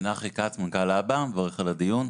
אני מברך על הדיון.